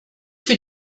für